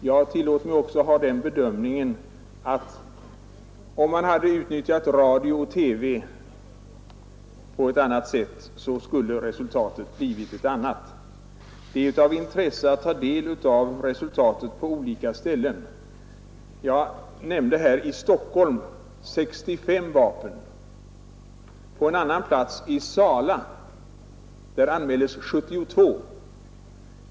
Jag tillåter mig också göra den bedömningen, att om man hade utnyttjat radio och TV på ett annat sätt, så skulle resultatet ha blivit ett annat. Det är av intresse att ta del av resultaten på olika ställen. Jag nämnde att det här i Stockholm anmälts 65 vapen. På en annan plats, i Sala, anmäldes 72 vapen.